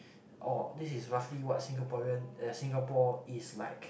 orh this is roughly what Singaporean uh Singapore is like